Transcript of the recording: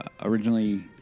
originally